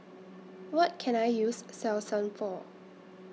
What Can I use Selsun For